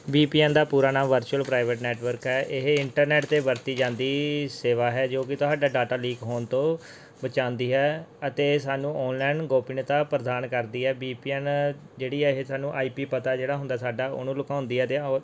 ਵੀ P N ਦਾ ਪੂਰਾ ਨਾਂ ਵਰਚੁਅਲ ਪ੍ਰਾਈਵੇਟ ਨੈਟਵਰਕ ਹੈ ਇਹ ਇੰਟਰਨੈਟ 'ਤੇ ਵਰਤੀ ਜਾਂਦੀ ਸੇਵਾ ਹੈ ਜੋ ਕਿ ਤੁਹਾਡਾ ਡਾਟਾ ਲੀਕ ਹੋਣ ਤੋਂ ਬਚਾਉਂਦੀ ਹੈ ਅਤੇ ਇਹ ਸਾਨੂੰ ਓਨਲਾਈਨ ਗੋਪਨੀਯਤਾ ਪ੍ਰਦਾਨ ਕਰਦੀ ਹੈ ਵੀ ਪੀ ਐੱਨ ਜਿਹੜੀ ਹੈ ਇਹ ਸਾਨੂੰ ਆਈ ਪੀ ਪਤਾ ਜਿਹੜਾ ਹੁੰਦਾ ਸਾਡਾ ਉਹਨੂੰ ਲੁਕਉਂਦੀ ਹੈ ਅਤੇ ਓ